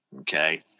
okay